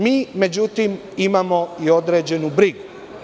Mi, međutim, imamo i određenu brigu.